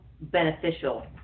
beneficial